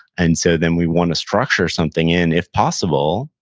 and so then we wanna structure something in, if possible,